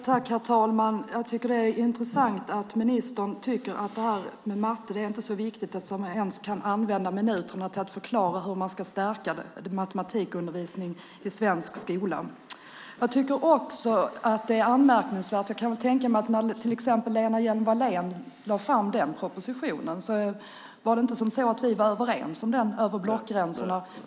Herr talman! Jag tycker att det är intressant att ministern tycker att det här med matte inte är så viktigt att han ens kan använda sina minuter till att förklara hur man ska stärka matematikundervisningen i svensk skola. Var det inte så att när Lena Hjelm-Wallén lade fram sin proposition var vi överens om den över blockgränsen?